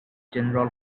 general